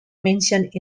mentioned